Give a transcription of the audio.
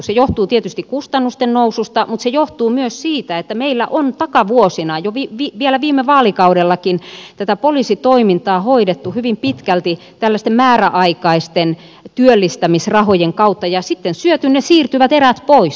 se johtuu tietysti kustannusten noususta mutta se johtuu myös siitä että meillä on takavuosina vielä viime vaalikaudellakin tätä poliisitoimintaa hoidettu hyvin pitkälti tällaisten määräaikaisten työllistämisrahojen kautta ja sitten syöty ne siirtyvät erät pois